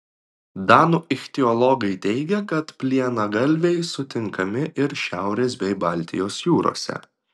danų ichtiologai teigia kad plienagalviai sutinkami ir šiaurės bei baltijos jūrose